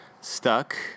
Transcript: stuck